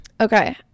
okay